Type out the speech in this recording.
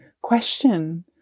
Question